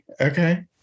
okay